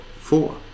four